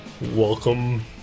Welcome